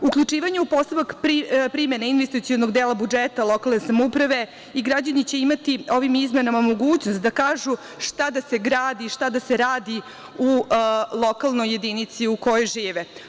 Uključivanje u postupak primene investicionog dela budžeta u lokalne samouprave i građani će imati ovim izmenama mogućnost da kažu šta da se gradi, šta da se radi u lokalnoj jedinici u kojoj žive.